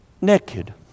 naked